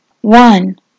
One